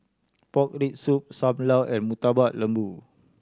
pork rib soup Sam Lau and Murtabak Lembu